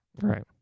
Right